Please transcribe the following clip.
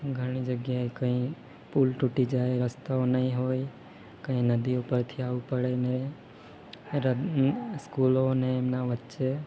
ઘણી જગ્યાએ કંઈ પુલ તૂટી જાય રસ્તાઓ નહીં હોય કંઈ નદી ઉપરથી આવવું પડેને રદ સ્કૂલોને એના વચ્ચે